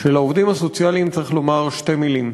שלעובדים הסוציאליים צריך לומר שתי מילים: